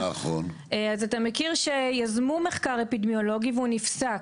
אז אתה מכיר שיזמו מחקר אפידמיולוגי והוא נפסק,